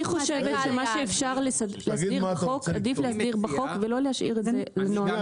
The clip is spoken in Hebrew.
מה שאפשר להסדיר בחוק עדיף להסדיר בחוק ולא להשאיר את זה לנוהל.